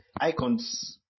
icons